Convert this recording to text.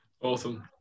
Awesome